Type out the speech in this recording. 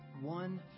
One